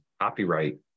copyright